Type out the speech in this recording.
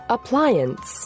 Appliance